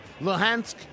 Luhansk